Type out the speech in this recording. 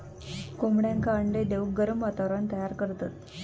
कोंबड्यांका अंडे देऊक गरम वातावरण तयार करतत